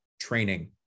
training